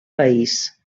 país